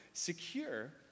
Secure